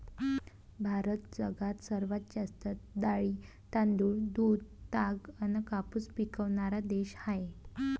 भारत जगात सर्वात जास्त डाळी, तांदूळ, दूध, ताग अन कापूस पिकवनारा देश हाय